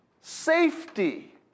safety